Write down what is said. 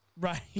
Right